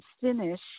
finish